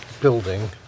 building